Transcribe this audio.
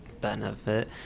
benefit